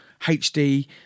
HD